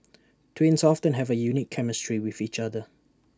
twins often have A unique chemistry with each other